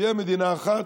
תהיה מדינה אחת,